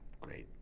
great